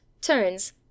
turns